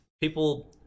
people